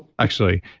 actually,